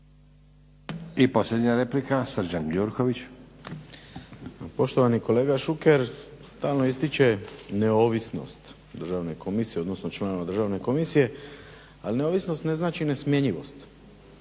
**Gjurković, Srđan (HNS)** Poštovani kolega Šuker stalno ističe neovisnost Državne komisije, odnosno članova Državne komisije. Ali neovisnost ne znači nesmjenjivost.